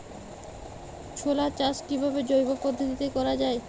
ছোলা চাষ কিভাবে জৈব পদ্ধতিতে করা যায়?